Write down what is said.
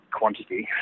quantity